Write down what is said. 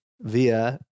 via